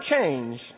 change